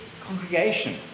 congregation